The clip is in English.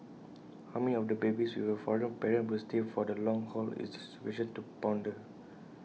how many of the babies with A foreign parent will stay for the long haul is A question to ponder